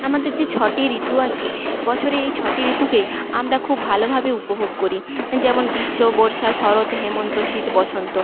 আমাদের যে ছটি ঋতু আছে বছরে এই ছটি ঋতুকে আমরা খুব ভালোভাবে উপভোগ করি যেমন গীষ্ম বর্ষা শরৎ হেমন্ত শীত বসন্ত